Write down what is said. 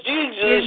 Jesus